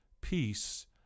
peace